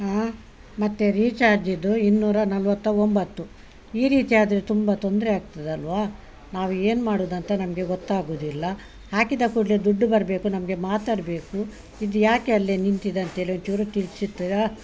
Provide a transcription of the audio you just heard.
ಹಾ ಮತ್ತು ರೀಚಾರ್ಜಿದ್ದು ಇನ್ನೂರ ನಲ್ವತ್ತ ಒಂಬತ್ತು ಈ ರೀತಿಯಾದರೆ ತುಂಬ ತೊಂದರೆ ಆಗ್ತದಲ್ವಾ ನಾವು ಏನು ಮಾಡುವುದಂತ ನಮಗೆ ಗೊತ್ತಾಗುವುದಿಲ್ಲ ಹಾಕಿದ ಕೂಡಲೆ ದುಡ್ಡು ಬರಬೇಕು ನಮಗೆ ಮಾತಾಡಬೇಕು ಇದು ಯಾಕೆ ಅಲ್ಲೆ ನಿಂತಿದಂತೇಳಿ ಒಂಚೂರು ತಿಳಿಸ್ತಿರಾ